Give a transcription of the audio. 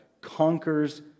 conquers